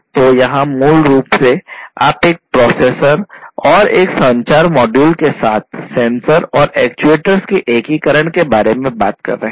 तो यहां मूल रूप से आप एक प्रोसेसर के साथ सेंसर और एक्चुएटर्स के एकीकरण के बारे में बात कर रहे हैं